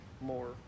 more